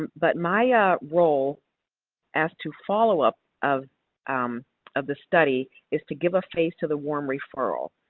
but my ah role as to follow-up of um of the study is to give a face to the warm referral.